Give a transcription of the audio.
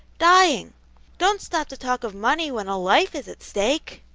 dying don't stop to talk of money when a life is at stake!